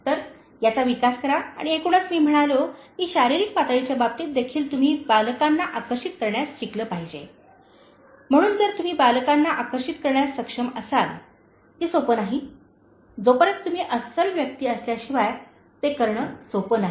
तर याचा विकास करा आणि एकूणच मी म्हणालो की शारीरिक पातळीच्या बाबतीत देखील तुम्ही बालकांना आकर्षित करण्यास शिकले पाहिजे म्हणून जर तुम्ही बालकांना आकर्षित करण्यास सक्षम असाल जे सोपे नाही जोपर्यंत तुम्ही अस्सल व्यक्ती असल्याशिवाय ते करणे सोपे नाही